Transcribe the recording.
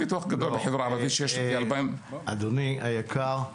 אדוני היקר,